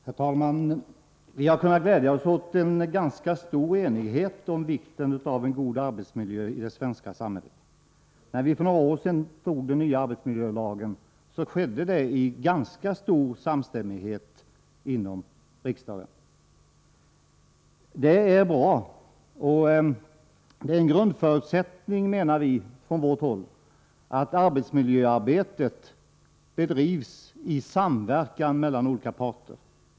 Herr talman! Vi har kunnat glädja oss åt en ganska stor enighet om vikten av en god arbetsmiljö i det svenska samhället. När vi för några år sedan antog den nya arbetsmiljölagen skedde det ganska samstämmigt inom riksdagen. Det är bra. Det är en grundförutsättning, menar vi, att arbetsmiljöarbetet bedrivs i samverkan mellan olika parter.